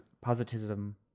Positivism